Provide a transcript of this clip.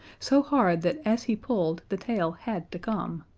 so hard that as he pulled the tail had to come,